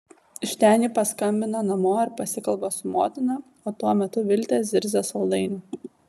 iš ten ji paskambina namo ir pasikalba su motina o tuo metu viltė zirzia saldainio